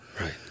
Right